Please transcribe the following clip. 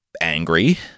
angry